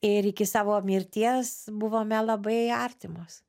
ir iki savo mirties buvome labai artimos